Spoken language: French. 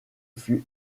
fut